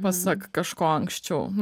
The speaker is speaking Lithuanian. pasak kažko anksčiau